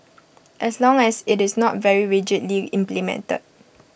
as long as IT is not very rigidly implemented